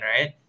right